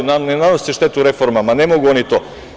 Ne nanose štetu reformama, ne mogu oni to.